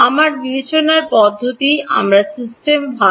আমার বিবেচনার পদ্ধতিটি আমার সিস্টেম ভাল